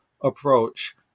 approach